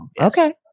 Okay